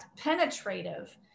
penetrative